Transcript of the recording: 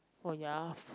oh ya